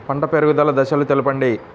పంట పెరుగుదల దశలను తెలపండి?